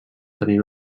tenir